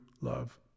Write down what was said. love